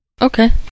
Okay